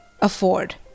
afford